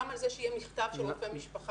סוכם על זה שיהיה מכתב של רופא משפחה.